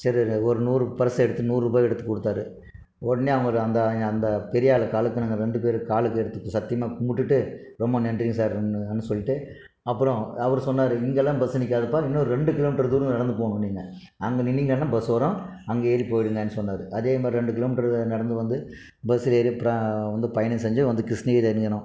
சரி ஒரு நூறு பர்ஸ்செடுத்து நூறுபாய் எடுத்து கொடுத்தாரு உடனே அவங்க அந்த அந்த பெரியாளு காலுக்கு நாங்க ரெண்டு பேரு காலுக்கு எடுத்து சத்தியமா கும்பிட்டுட்டு ரொம்ப நன்றிங்க சார்ன்னு சொல்லிட்டு அப்புறோம் அவரு சொன்னாரு இங்கலாம் பஸ்ஸு நிற்காதுப்பா இன்னும் ரெண்டு கிலோ மீட்டரு தூரம் நடந்து போகணும் நீங்கள் அங்கே நின்றீங்கன்னா பஸ்ஸு வரும் அங்கே ஏறி போயிடுங்கன்னு சொன்னார் அதேமாதிரி ரெண்டு கிலோ மீட்டரு நடந்து வந்து பஸ்ஸில் ஏறி அப்புறோம் வந்து பயணம் செஞ்சு வந்து கிருஷ்ணகிரியில் இறங்குனோம்